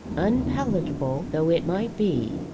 unpalatable though it might be.